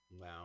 Wow